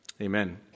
Amen